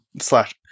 slash